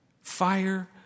fire